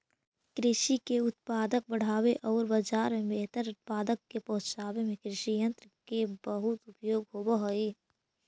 कृषि के उत्पादक बढ़ावे औउर बाजार में बेहतर उत्पाद के पहुँचावे में कृषियन्त्र के बहुत उपयोग होवऽ हई